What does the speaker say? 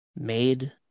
made